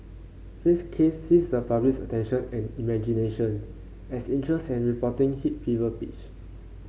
fay's case seized the public's attention and imagination as interest and reporting hit fever pitch